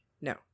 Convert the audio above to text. No